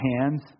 hands